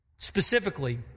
Specifically